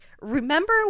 Remember